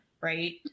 right